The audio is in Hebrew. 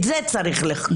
את זה צריך לחקור.